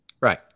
Right